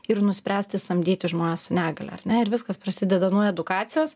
ir nuspręsti samdyti žmones su negalia ar ne ir viskas prasideda nuo edukacijos